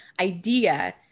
idea